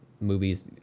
movies